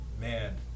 man